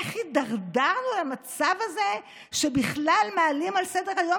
איך הידרדרנו למצב הזה שבכלל מעלים על סדר-היום